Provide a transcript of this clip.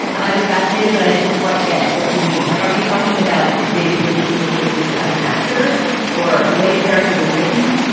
and i was fascinated, but i didn't quite get what you mean like. are you talking about daisy ridley's limitations as an actor or the way the character is written?